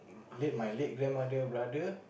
late my late grandmother brother